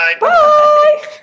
Bye